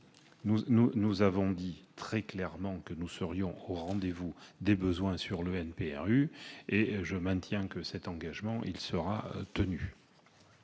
Nous avons dit très clairement que nous serions au rendez-vous des besoins du NPNRU et je maintiens que cet engagement sera tenu.